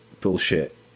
bullshit